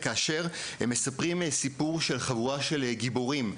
אשר מספרים סיפור על גיבורים,